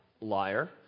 Liar